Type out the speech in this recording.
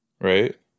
right